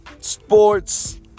sports